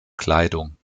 kleidung